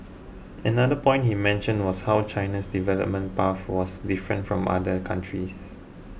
another point he mentioned was how China's development path was different from other countries